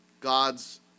God's